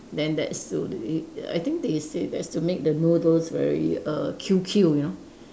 then that's to i~ I think they say that's to make the noodles very err Q Q you know